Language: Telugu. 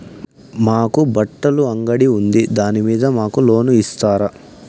మాకు బట్టలు అంగడి ఉంది దాని మీద మాకు లోను ఇస్తారా